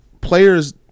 players